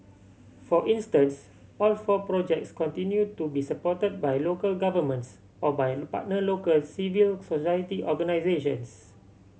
for instance all four projects continue to be supported by local governments or by partner local civil society organisations